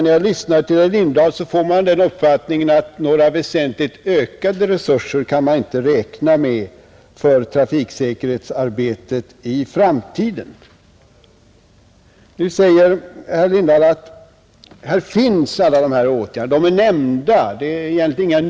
När man lyssnar till herr Lindahl får man den uppfattningen, att några väsentligt ökade resurser kan man inte räkna med för trafiksäkerhetsarbetet i framtiden, Herr Lindahl säger att det egentligen inte finns några nyheter i reservationen.